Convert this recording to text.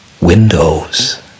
windows